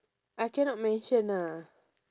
I cannot mention ah